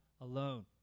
alone